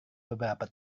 beberapa